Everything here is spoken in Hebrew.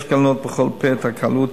יש לגנות בכל פה את הקלות